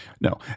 No